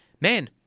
man